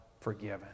forgiven